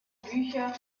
bücher